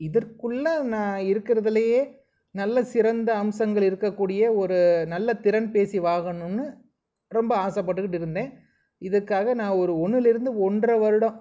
இதற்குள்ளே நான் இருக்கிறதுலயே நல்ல சிறந்த அம்சங்கள் இருக்கற கூடிய ஒரு நல்ல திறன்பேசி வாங்கணும்னு ரொம்ப ஆசைப்பட்டுக்கிட்டு இருந்தேன் இதுக்காக நான் ஒரு ஒன்றுலேர்ந்து ஒன்றை வருடோம்